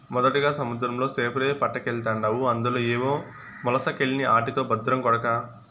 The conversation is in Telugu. మొదటగా సముద్రంలో సేపలే పట్టకెల్తాండావు అందులో ఏవో మొలసకెల్ని ఆటితో బద్రం కొడకా